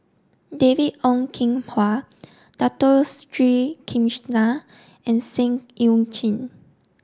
David Ong Kim Huat Dato Sri Krishna and Seah Eu Chin